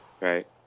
right